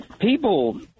people